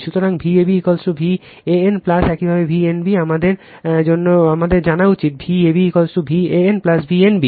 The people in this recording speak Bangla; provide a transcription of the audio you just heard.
সুতরাং Vab van একইভাবে V n b আমাদের জানা উচিত Vab Van V n b